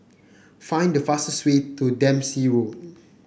find the fastest way to Dempsey Road